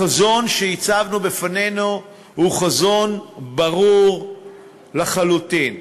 החזון שהצבנו בפנינו הוא חזון ברור לחלוטין.